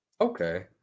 Okay